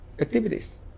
activities